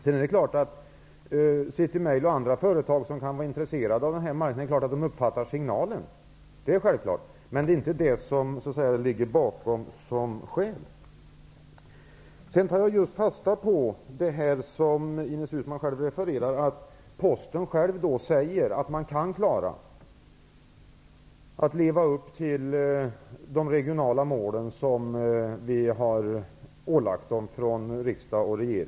Visst uppfattar City Mail och andra företag som kan vara intresserade av denna marknad signalen, men det är inte det som är det bakomliggande skälet. Jag tar fasta på Ines Uusmanns hänvisning till Postens eget uttalande att man kan klara att leva upp till de regionala mål som riksdag och regering har ålagt verket.